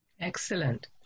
Excellent